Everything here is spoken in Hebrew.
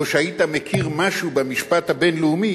או שהיית מכיר משהו במשפט הבין-לאומי,